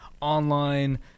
online